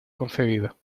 concedido